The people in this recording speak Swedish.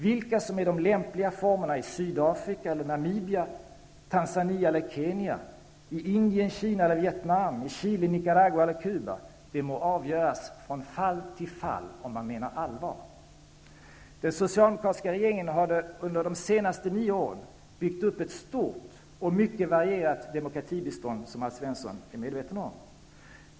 Vilka som är de lämpliga formerna i Indien, Kina eller Vietnam, i Chile, Nicaragua eller Cuba, det må avgöras från fall till fall om man menar allvar. Den socialdemokratiska regeringen hade under de senaste nio åren byggt upp ett stort och mycket varierat demokratibistånd, som Alf Svensson är medveten om.